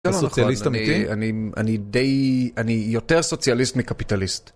אתה סוציאליסט אמיתי? אני דיי, אני יותר סוציאליסט מקפיטליסט.